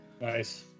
Nice